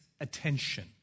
attention